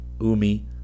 Umi